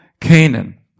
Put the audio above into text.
Canaan